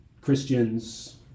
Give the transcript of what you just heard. Christians